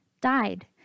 died